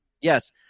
Yes